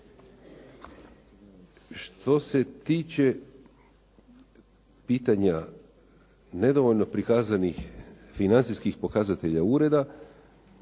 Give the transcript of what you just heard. Što se tiče pitanja nedovoljno prikazanih financijskih pokazatelja ureda,